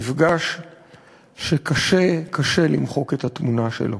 מפגש שקשה קשה למחוק את התמונה שלו.